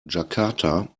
jakarta